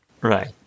Right